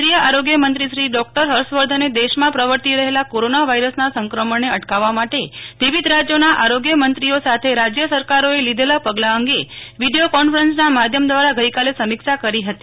કેન્દ્રીય આરોગ્ય મંત્રો શ્રી હર્ષવર્ધને દેશમાં પ્રવર્તી રહેલા કોરોના વાયરસના સંક્રમણને અટકાવ વા માટે વિવિધ રાજયોના આરોગ્યમંત્રીશ્રીઓ સાથે રાજય સરકારોએ લીધેલાં પગલાં અંગે વિડીયો કોન્ ફરન્સના માધ્યમ દવારા ગઈકાલે સમીક્ષા કરી હતી